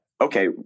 okay